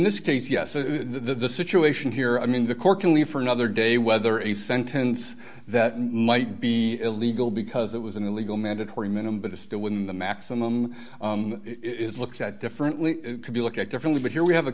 this case yes the situation here i mean the court can leave for another day whether a sentence that might be illegal because it was an illegal mandatory minimum but it's still when the maximum it is looks at differently could be looked at differently but here we have a